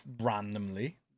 randomly